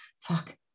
Fuck